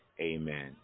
amen